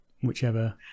whichever